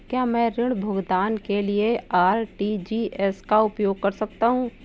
क्या मैं ऋण भुगतान के लिए आर.टी.जी.एस का उपयोग कर सकता हूँ?